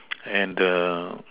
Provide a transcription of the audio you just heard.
and the